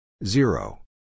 Zero